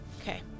Okay